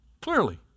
Clearly